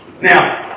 Now